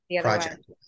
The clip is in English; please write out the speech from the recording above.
project